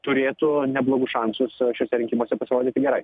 turėtų neblogus šansus šiuose rinkimuose pasirodyti gerai